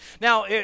Now